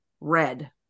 red